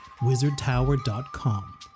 wizardtower.com